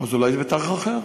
אז אולי זה בתאריך אחר.